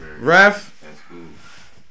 Ref